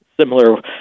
Similar